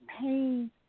Pain